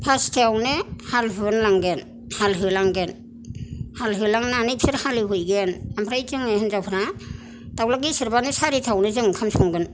फासतायावनो हाल हुअनलांगोन हाल होलांगोन हाल होलांनानै बिसोर हालेवहैगोन ओमफ्राय जोङो हिनजावफ्रा दाउला गेसेरबानो सारिथायावनो जों ओंखाम संगोन